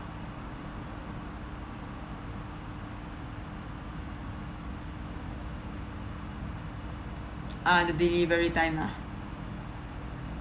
uh the delivery time lah